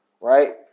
Right